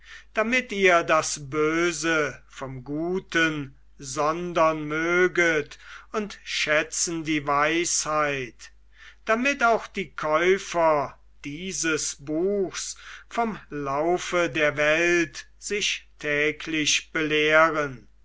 damit ihr das böse vom guten sondern möget und schätzen die weisheit damit auch die käufer dieses buchs vom laufe der welt sich täglich belehren